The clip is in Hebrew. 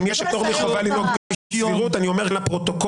אם יש פטור מחובה לנהוג בסבירות אני אומר כאן לפרוטוקול,